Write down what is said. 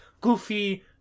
goofy